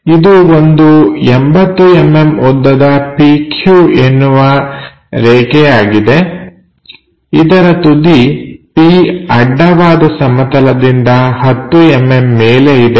ಇದು ಒಂದು 80mm ಉದ್ದದ PQ ಎನ್ನುವ ರೇಖೆ ಆಗಿದೆ ಇದರ ತುದಿ P ಅಡ್ಡವಾದ ಸಮತಲದಿಂದ 10mm ಮೇಲೆ ಇದೆ